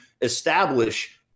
establish